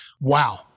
Wow